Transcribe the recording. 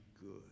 good